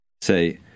Say